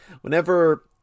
whenever